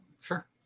Sure